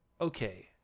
okay